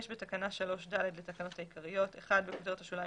תיקון תקנה 3ד בתקנה 3ד לתקנות העיקריות בכותרת השוליים,